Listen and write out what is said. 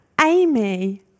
Amy